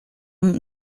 ont